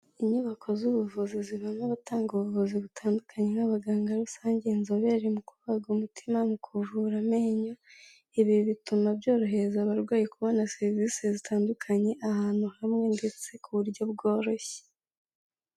Inyubako z'ubuvuzi zibamo abatanga ubuvuzi butandukanye nk'abaganga rusange, inzobere mu kubaga umutima, mu kuvura amenyo, ibi bituma byorohereza abarwayi kubona serivise zitandukanye ahantu hamwe ndetse ku buryo bworoshye.